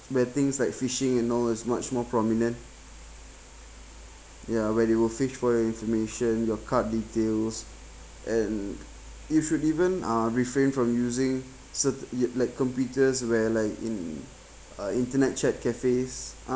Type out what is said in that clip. bad things like fishing and all is much more prominent ya where they will fish for your information your card details and you should even uh refrain from using cert~ ya like computers where like in uh internet chat cafes